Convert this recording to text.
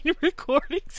recordings